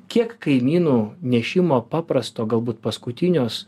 kiek kaimynų nešimo paprasto galbūt paskutinios